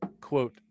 quote